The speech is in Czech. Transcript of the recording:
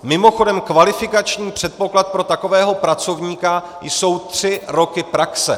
Mimochodem kvalifikační předpoklad pro takového pracovníka jsou tři roky praxe.